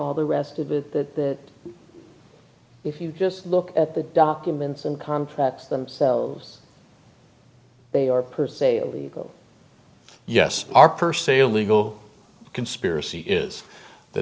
all the rest of it that if you just look at the documents and con themselves they are per se illegal yes are per se illegal conspiracy is the